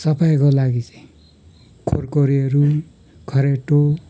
सफाइको लागि चाहिँ खुर्खुरेहरू खरेटो